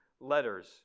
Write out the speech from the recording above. letters